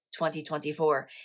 2024